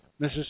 Mrs